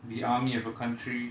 the army of a country